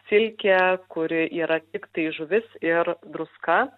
silkė kuri yra tiktai žuvis ir druska